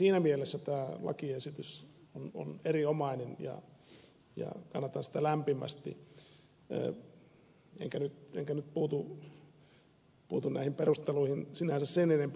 siinä mielessä tämä lakiesitys on erinomainen ja kannatan sitä lämpimästi enkä nyt puutu näihin perusteluihin sinänsä sen enempää